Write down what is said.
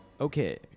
Okay